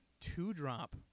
two-drop